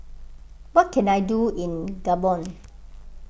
what can I do in Gabon